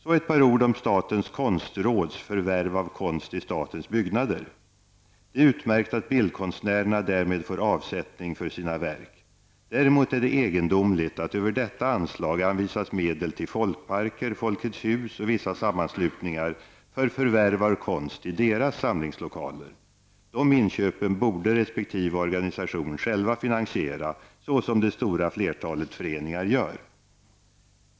Så ett par ord om statens konstråds förvärv av konst till statens byggnader. Det är utmärkt att bildkonstnärerna därmed får avsättning för sina verk. Däremot är det egendomligt att över detta anslag anvisas medel till folkparker, Folkets hus och vissa sammanslutningar för förvärv av konst till deras samlingslokaler. De inköpen borde resp. organisationer själva finansiera, såsom det stora flertalet föreningar gör.